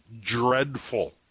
dreadful